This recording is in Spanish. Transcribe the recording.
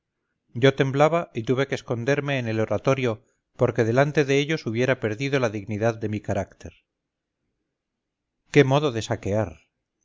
yo temblaba y tuve que esconderme en el oratorio porque delante de ellos hubiera perdido la dignidad de mi carácter qué modo de saquear